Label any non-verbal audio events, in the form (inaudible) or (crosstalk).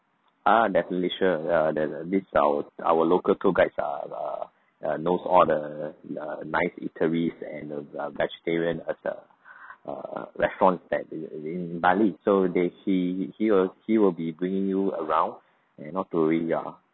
ah definitely sure uh there uh this our our local tour guides are err uh knows all the uh nice eateries and uh a vegetarian as a (breath) uh restaurant that in in bali so they he he will he will be bringing you around and not to worry ya